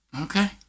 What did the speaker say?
Okay